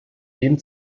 dem